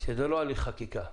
שזה לא הליך חקיקה.